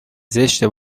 زشته